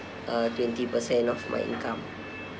uh twenty percent of my income